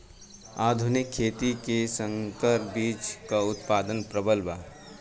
आधुनिक खेती में संकर बीज क उतपादन प्रबल बा